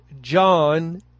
John